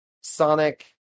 Sonic